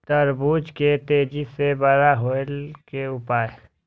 तरबूज के तेजी से बड़ा होय के उपाय?